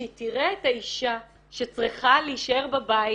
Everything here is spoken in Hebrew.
שהיא תראה את האישה שצריכה להישאר בבית